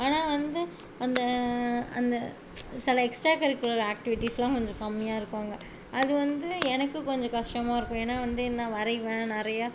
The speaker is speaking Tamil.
ஆனால் வந்து அந்த அந்த சில எக்ஸ்டா கரிக்குலர் ஆக்டிவிட்டீஸ்லாம் கொஞ்சம் கம்மியாக இருக்கும் அங்கே அது வந்து எனக்கு கொஞ்சம் கஷ்டமாக இருக்கும் ஏன்னால் வந்து நான் வரைவேன் நிறையா